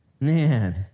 man